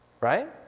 Right